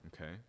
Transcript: okay